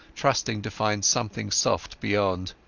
trusting to find something soft beyond.